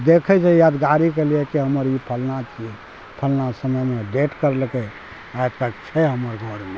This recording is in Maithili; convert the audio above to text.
देखै छै यादगारीके लिए कि हमर ई फलना छियै फलना समयमे डेड करलकै आज तक छै हमर घर मे